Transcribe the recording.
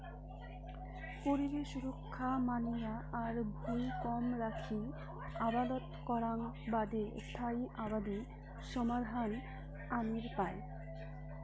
পরিবেশ সুরক্ষা মানিয়া আর ভুঁই কম রাখি আবাদ করাং বাদি স্থায়ী আবাদি সমাধান আনির পায়